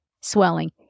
swelling